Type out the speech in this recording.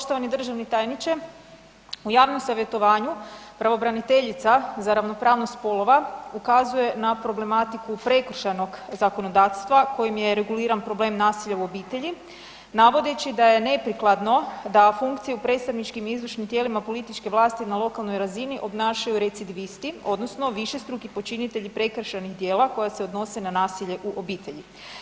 Poštovani državni tajniče u javnom savjetovanju pravobraniteljica za ravnopravnost spolova ukazuje na problematiku prekršajnog zakonodavstva kojim je reguliran problem nasilja u obitelji navodeći da je neprikladno da funkciju u predstavničkim izvršnim tijelima političke vlasti na lokalnoj razini obnašaju recidivisti odnosno višestruki počinitelji prekršajnih djela koja se odnose na nasilje u obitelji.